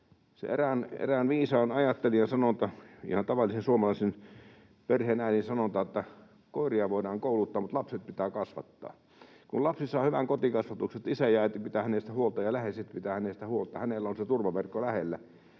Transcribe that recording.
on erään viisaan ajattelijan sanonta — ihan tavallisen suomalaisen perheenäidin sanonta — että koiria voidaan kouluttaa mutta lapset pitää kasvattaa. Kun lapsi saa hyvän kotikasvatuksen, niin että isä ja äiti pitävät hänestä huolta ja läheiset pitävät hänestä huolta ja hänellä on se turvaverkko lähellä,